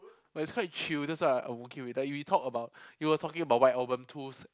but he's quite chill that's why I work working with like we talk about we were talking about white-album two